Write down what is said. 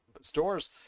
stores